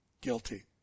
Guilty